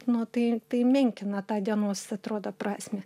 nu tai tai menkina tą dienos atrodo prasmę